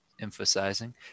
emphasizing